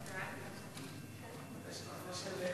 אבל בסך הכול חשוב לעגן אותה בחוק,